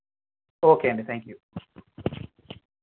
okay అండి thank you